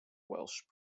welsh